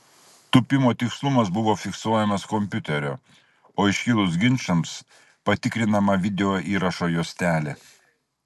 tūpimo tikslumas buvo fiksuojamas kompiuterio o iškilus ginčams patikrinama video įrašo juostelė